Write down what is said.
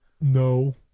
No